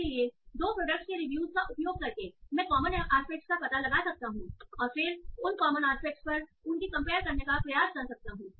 इसलिए 2 प्रोडक्टस के रिव्यूज का उपयोग करके मैं कॉमन आस्पेक्टस का पता लगा सकता हूं और फिर उन कॉमन आस्पेक्टस पर उनकी कंपेयर करने का प्रयास कर सकता हूं